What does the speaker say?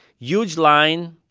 huge line,